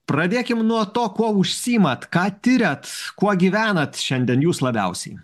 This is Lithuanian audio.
pradėkim nuo to kuo užsiimat ką tiriat kuo gyvenat šiandien jūs labiausiai